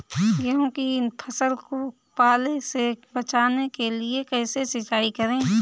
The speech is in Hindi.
गेहूँ की फसल को पाले से बचाने के लिए कैसे सिंचाई करें?